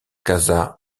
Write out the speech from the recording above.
casa